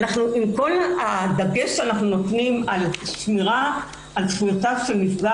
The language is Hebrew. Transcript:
עם כל הדגש שאנחנו נותנים על שמירה על זכויותיו של נפגע